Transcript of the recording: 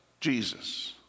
Jesus